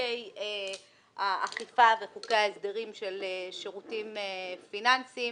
חוקי האכיפה וחוקי הההסדרים של שירותים פיננסיים.